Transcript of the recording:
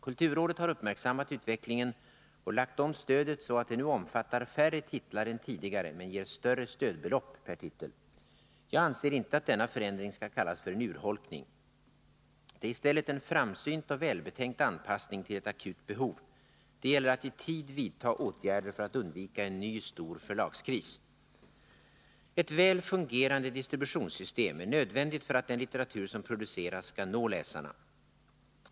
Kulturrådet har uppmärksammat utvecklingen och lagt om stödet så att det nu omfattar färre titlar än tidigare men ger större stödbelopp per titel. Jag anser inte att denna förändring skall kallas för en urholkning. Den är i stället en framsynt och välbetänkt anpassning till ett akut behov. Det gäller att i tid vidta åtgärder för att undvika en ny stor förlagskris. Ett väl fungerande distributionssystem är nödvändigt för att den litteratur som produceras skall nå läsarna.